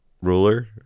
ruler